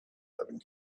having